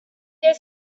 their